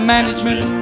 management